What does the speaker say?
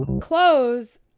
Close